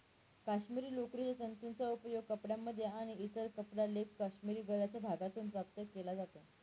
काश्मिरी लोकरीच्या तंतूंचा उपयोग कपड्यांमध्ये आणि इतर कपडा लेख काश्मिरी गळ्याच्या भागातून प्राप्त केला जातो